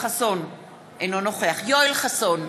אינו נוכח אכרם חסון,